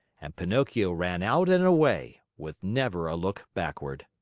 and pinocchio ran out and away, with never a look backward.